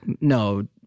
no